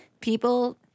People